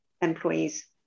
employees